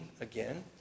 again